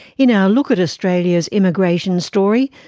you know look at australia's immigration story,